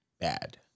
bad